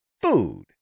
Food